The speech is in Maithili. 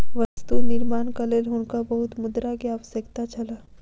वस्तु निर्माणक लेल हुनका बहुत मुद्रा के आवश्यकता छल